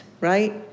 right